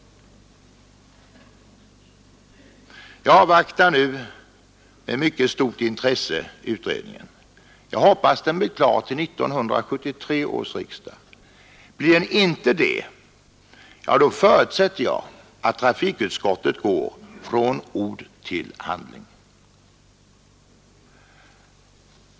Jag avvaktar nu med mycket stort intresse utredningen och hoppas att den blir klar till 1973 års riksdag. Blir den inte det, förutsätter jag att trafikutskottet går från ord till handling.